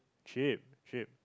cheap cheap